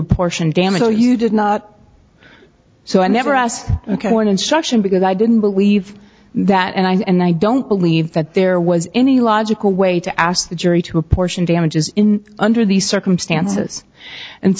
apportion damage or you did not so i never asked for an instruction because i didn't believe that and i don't believe that there was any logical way to ask the jury to apportion damages in under these circumstances and